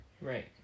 Right